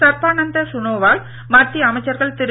சர்பானந்த சுனோவால் மத்திய அமைச்சர்கள் திரு